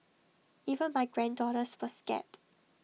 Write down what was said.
even my granddaughters were scared